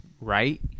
right